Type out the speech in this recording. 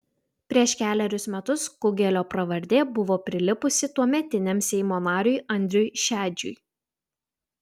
prieš kelerius metus kugelio pravardė buvo prilipusi tuometiniam seimo nariui andriui šedžiui